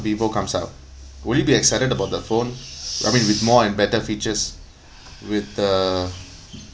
Vivo comes out will you be excited about the phone I mean with more and better features with the